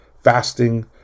fasting